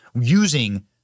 using